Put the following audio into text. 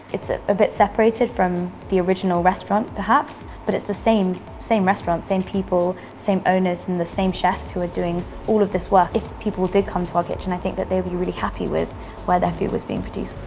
it's ah a bit separated from the original restaurant perhaps, but it's the same same restaurant, same people, same owners and the same chefs who are doing all of this work. if people did come to our kitchen, i think that they would be really happy with where their food was being produced.